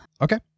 Okay